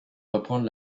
reprendre